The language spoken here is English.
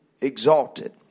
exalted